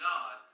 God